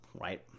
right